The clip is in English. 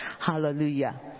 Hallelujah